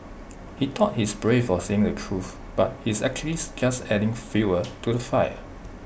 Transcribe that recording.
he thought he's brave for saying the truth but he's actually just adding fuel to the fire